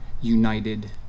united